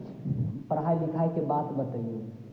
पढ़ाइ लिखाइके बात बतैयौ